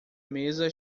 mesa